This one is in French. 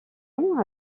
ans